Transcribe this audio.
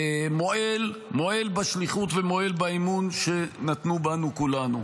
מועל בשליחות ומועל באמון שנתנו בנו, כולנו.